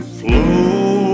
flow